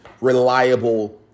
reliable